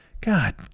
God